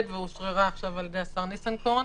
ואושררה עכשיו על ידי השר ניסנקורן,